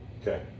Okay